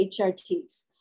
HRTs